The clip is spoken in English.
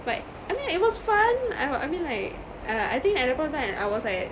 I mean it was fun uh I mean like err I think at the point of time I was at